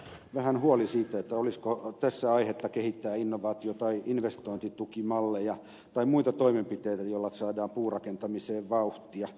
minulla on vähän huoli siitä olisiko tässä aihetta kehittää innovaatio tai investointitukimalleja tai muita toimenpiteitä joilla saadaan puurakentamiseen vauhtia